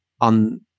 on